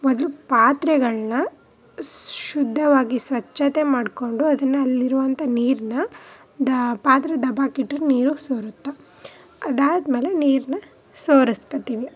ಮೊದಲು ಪಾತ್ರೆಗಳನ್ನ ಶುದ್ಧವಾಗಿ ಸ್ವಚ್ಛತೆ ಮಾಡಿಕೊಂಡು ಅದನ್ನು ಅಲ್ಲಿರುವಂಥ ನೀರನ್ನ ಡಾ ಪಾತ್ರೆ ದಬ್ಬಾಕ್ಕಿಟ್ಟು ನೀರು ಸೋರುತ್ತ ಅದಾದ್ಮೇಲೆ ನೀರನ್ನ ಸೋರಿಸ್ಕಿಳ್ತೀವಿ